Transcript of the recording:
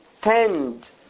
tend